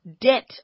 debt